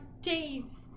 days